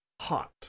hot